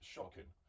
Shocking